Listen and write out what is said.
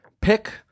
pick